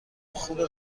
خوبه